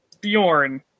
bjorn